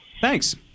Thanks